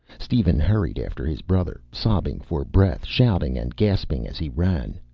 steven hurried after his brother, sobbing for breath, shouting and gasping as he ran.